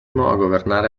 governare